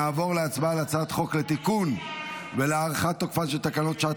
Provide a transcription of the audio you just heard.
נעבור להצבעה על הצעת חוק לתיקון ולהארכת תוקפן של תקנות שעת